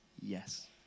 yes